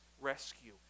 rescue